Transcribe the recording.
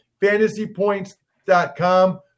Fantasypoints.com